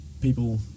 people